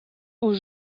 aux